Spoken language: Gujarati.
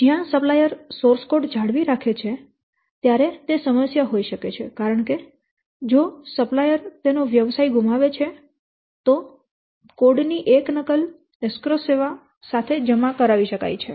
જ્યાં સપ્લાયર સોર્સ કોડ જાળવી રાખે છે ત્યારે તે સમસ્યા હોઈ શકે છે કારણ કે જો સપ્લાયર તેનો વ્યવસાય ગુમાવે છે તો કોડ ની એક નકલ એસ્ક્રો સેવા સાથે જમા કરાવી શકાય છે